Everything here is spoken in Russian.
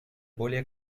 более